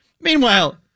Meanwhile